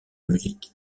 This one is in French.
musique